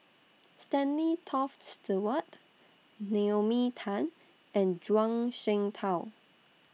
Stanley Toft Stewart Naomi Tan and Zhuang Shengtao